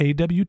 AWT